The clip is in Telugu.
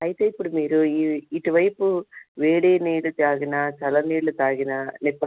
అయితే ఇప్పుడు మీరు ఈ ఇటువైపు వేడి నీరు తాగినా చల్ల నీళ్ళు తాగినా లేక